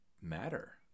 matter